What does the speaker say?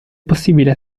possibile